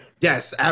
Yes